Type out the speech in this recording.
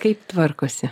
kaip tvarkosi